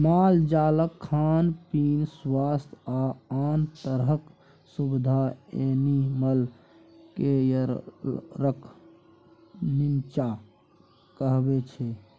मालजालक खान पीन, स्वास्थ्य आ आन तरहक सुबिधा एनिमल केयरक नीच्चाँ अबै छै